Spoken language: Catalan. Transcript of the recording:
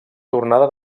tornada